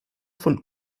von